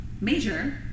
major